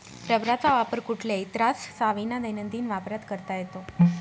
रबराचा वापर कुठल्याही त्राससाविना दैनंदिन वापरात करता येतो